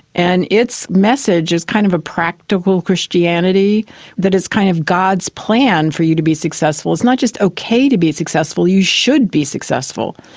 and its message is kind of a practical christianity that it's kind of god's plan for you to be successful. it's not just okay to be successful, you should be successful.